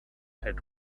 had